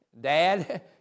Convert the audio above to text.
Dad